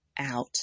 Out